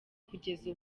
kugeza